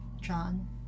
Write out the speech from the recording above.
John